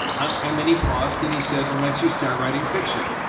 um and then he paused and he said, unless you start writing fiction.